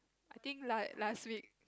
I think like last week